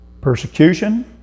persecution